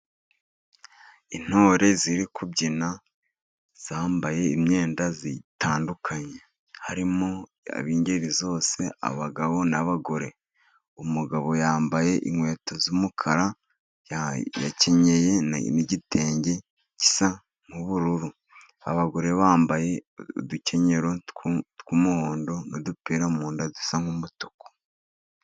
Intore ziri kubyina zambaye imyenda itandukanye harimo ab'ingeri zose abagabo n'abagore, umugabo yambaye inkweto z'umukara, yakenyeye n'igitenge gisa nk'ubururu, abagore bambaye udukenyero tw'umuhondo n'udupira mu nda dusa nk'umutuku.